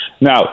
Now